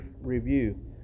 review